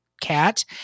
cat